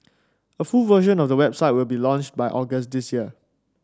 a full version of the website will be launched by August this year